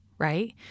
right